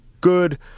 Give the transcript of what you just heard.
good